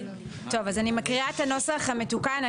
טוב, אז אני מקריאה את הנוסח המתוקן.